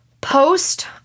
post